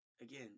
Again